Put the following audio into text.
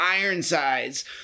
Ironsides